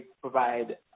provide